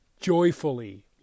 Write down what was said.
joyfully